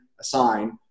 assign